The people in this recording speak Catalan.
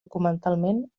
documentalment